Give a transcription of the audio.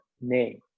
name